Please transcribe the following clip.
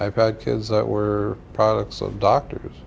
i've had kids that were products of doctors